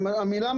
המילה,